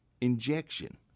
injection